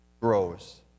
grows